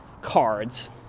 cards